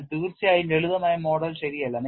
എന്നാൽ തീർച്ചയായും ലളിതമായ മോഡൽ ശരിയല്ല